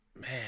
Man